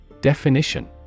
Definition